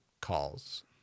calls